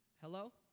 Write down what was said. Hello